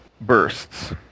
bursts